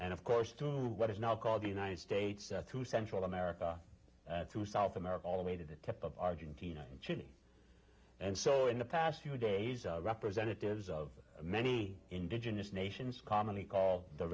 and of course to what is now called the united states to central america to south america all the way to the tip of argentina and so in the past few days representatives of many indigenous nations commonly call the